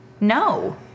No